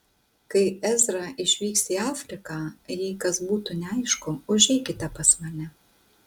kai ezra išvyks į afriką jei kas būtų neaišku užeikite pas mane